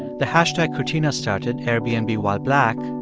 the hashtag quirtina started, airbnbwhileblack,